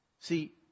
See